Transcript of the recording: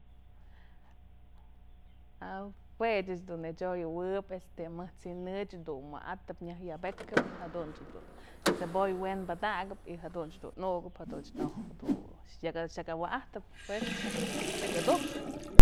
Jue ëch dun nëchyoyëwëb mëj t'sinë ëch dun wa'atëp nyaj yëbëkëp jadunch jedun cebolla we'en padakëp y jadun dun nukëp, jadun ojë nyëkë awa'ajtëp pues, xak adujkëp.